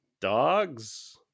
dogs